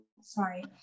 sorry